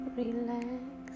relax